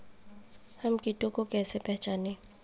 हम कीटों को कैसे पहचाने?